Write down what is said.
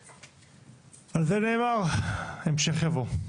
על זה נאמר, המשך יבוא.